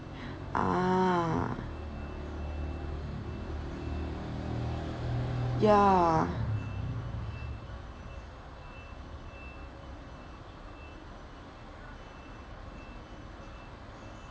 ah ya